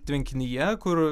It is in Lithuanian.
tvenkinyje kur